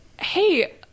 hey